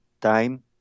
time